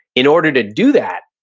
in order to do that,